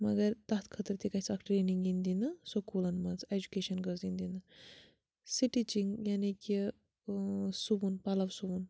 مگر تَتھ خٲطرٕ تہِ گژھِ اَکھ ٹرٛینِنٛگ یِنۍ دِنہٕ سکوٗلَن منٛز اٮ۪جُکیشَن گٔژھ یِنۍ دِنہٕ سٕٹِچِنٛگ یعنی کہِ سُوُن پَلو سُوُن